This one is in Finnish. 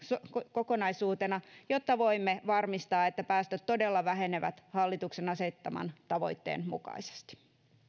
kokonaisuutena jotta voimme varmistaa että päästöt todella vähenevät hallituksen asettaman tavoitteen mukaisesti